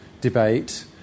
debate